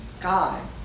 God